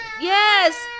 Yes